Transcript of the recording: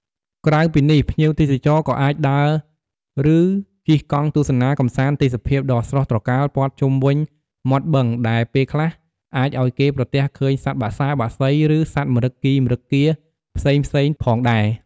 ក្រៅពីនេះភ្ញៀវទេសចរក៏អាចដើរ ឬជិះកង់ទស្សនាកម្សាន្តទេសភាពដ៏ស្រស់ត្រកាលព័ទ្ធជុំវិញមាត់បឹងដែលពេលខ្លះអាចឱ្យគេប្រទះឃើញសត្វបក្សាបក្សី ឬសត្វម្រឹគីម្រឹគា ផ្សេងៗផងដែរ។